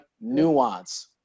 Nuance